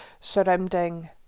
surrounding